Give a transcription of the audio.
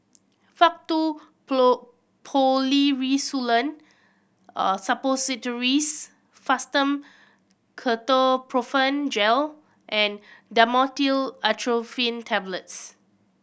Faktu Policresulen Suppositories Fastum Ketoprofen Gel and Dhamotil Atropine Tablets